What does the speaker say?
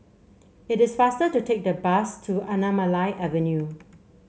it is faster to take the bus to Anamalai Avenue